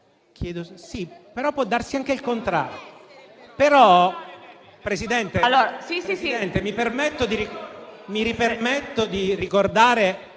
Sì, però può darsi anche il contrario.